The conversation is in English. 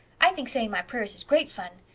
i think saying my prayers is great fun.